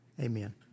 Amen